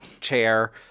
chair